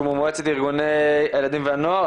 שהוא ממועצת ארגוני הילדים והנוער.